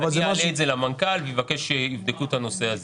אני אעלה את זה למנכ"ל ואבקש שיבדקו את הנושא הזה.